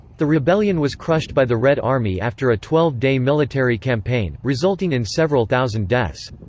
the rebellion was crushed by the red army after a twelve day military campaign, resulting in several thousand deaths.